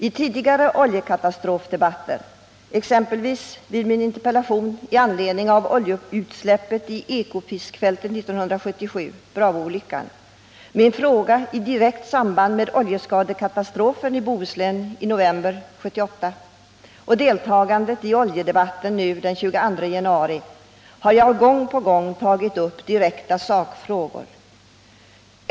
I tidigare oljekatastrofdebatter, exempelvis i debatterna som följd av min interpellation med anledning av oljeutsläppet i Ekofiskfältet 1977, den s.k. Bravoolyckan, och som följd av min fråga i direkt samband med oljeskadekatastrofen i Bohuslän i november 1978, liksom i mitt deltagande i oljedebatten den 22 januari i år, har jag gång på gång tagit upp direkta sakfrågor.